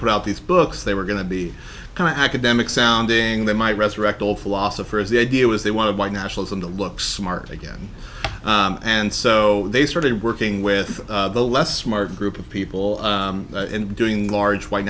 put out these books they were going to be kind of academic sounding they might resurrect old philosophers the idea was they wanted white nationalism to look smart again and so they started working with the less smart group of people and doing large white